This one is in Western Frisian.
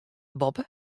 boppe